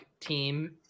team